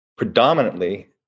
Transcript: predominantly